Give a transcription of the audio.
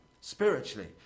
spiritually